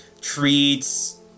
treats